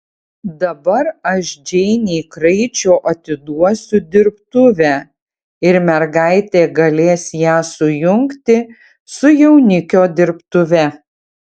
dabar aš džeinei kraičio atiduosiu dirbtuvę ir mergaitė galės ją sujungti su jaunikio dirbtuve